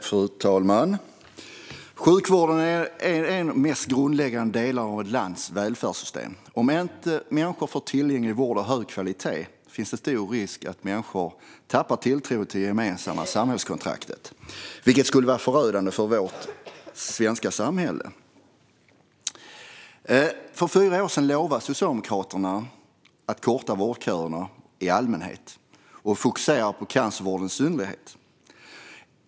Fru talman! Sjukvården är en av de grundläggande delarna i ett lands välfärdssystem. Om människor inte får tillgänglig vård av hög kvalitet finns det stor risk att de tappar tilltron till det gemensamma samhällskontraktet. Det skulle vara förödande för vårt svenska samhälle. För fyra år sedan lovade Socialdemokraterna att korta vårdköerna i allmänhet och att fokusera på cancervården i synnerhet.